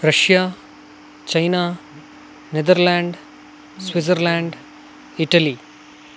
Russia China Netherland Switzerland Italy